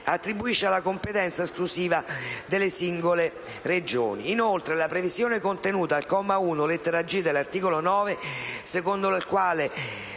attribuisce alla competenza esclusiva delle singole Regioni. Inoltre, la previsione contenuta al comma 1, lettera *g)*, dell'articolo 9, secondo la quale